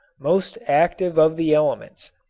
most active of the elements,